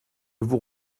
vous